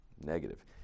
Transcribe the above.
Negative